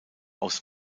aus